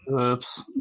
Oops